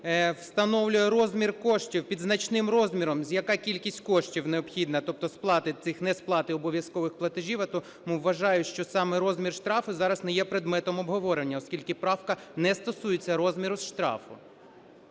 встановлює розмір коштів під значним розміром, яка кількість коштів необхідна, тобто сплати цих несплати обов’язкових платежів. А тому вважаю, що саме розмір штрафу не є предметом обговорення, оскільки правка не стосується розміру штрафу.